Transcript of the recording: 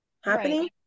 happening